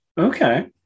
Okay